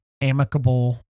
amicable